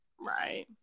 Right